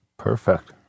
Perfect